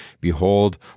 Behold